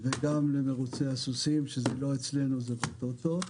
וגם למרוצים הסוסים שזה לא אצלנו, זה בטוטו.